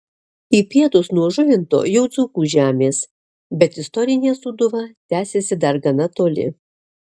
į pietus nuo žuvinto jau dzūkų žemės bet istorinė sūduva tęsiasi dar gana toli